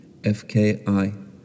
FKI